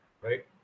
right